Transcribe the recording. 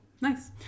nice